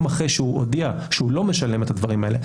אחרי שהוא הודיע שהוא לא משלם את הדברים האלה,